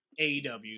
aew